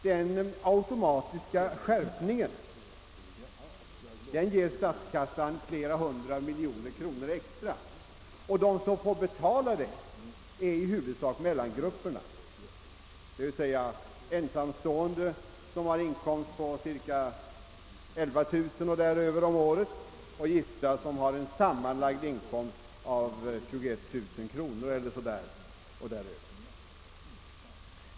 Den automatiska skärpningen ger statskassan flera hundra miljoner kronor extra, och de som får betala detta är i huvudsak mellangrupperna, dvs. ensamstående som har en inkomst på cirka 11 000 och därutöver och gifta som har en sammanlagd inkomst av 21000 kronor eller däromkring.